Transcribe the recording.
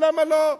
למה לא?